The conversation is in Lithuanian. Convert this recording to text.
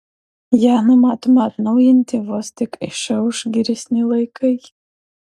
ją numatoma atnaujinti vos tik išauš geresni laikai